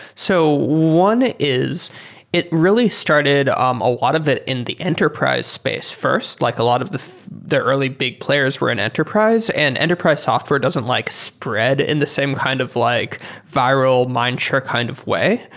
so one is it really started um a lot of it in the enterprise space first, like a lot of the the early big players were in enterprise, and enterprise software doesn't like spread in the same kind of like viral mindshare kind of way.